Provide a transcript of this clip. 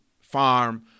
farm